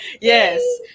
yes